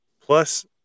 plus